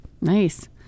Nice